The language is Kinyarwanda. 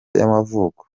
y’amavuko